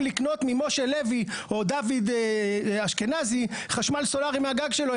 לקנות ממשה לוי או מדוד אשכנזי חשמל סולרי מהגג שלו,